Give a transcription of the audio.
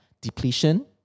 depletion